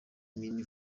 mini